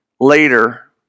Later